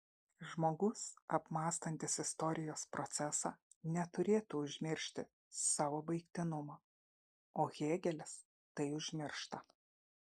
žmogus apmąstantis istorijos procesą neturėtų užmiršti savo baigtinumo o hėgelis tai užmiršta